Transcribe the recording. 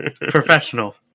professional